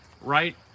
right